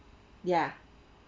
ya